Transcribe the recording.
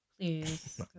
Please